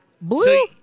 Blue